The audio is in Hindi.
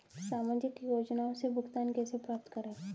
सामाजिक योजनाओं से भुगतान कैसे प्राप्त करें?